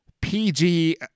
PG